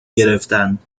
گرفتند